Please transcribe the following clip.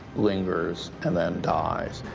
lingers, and then dies,